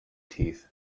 teeth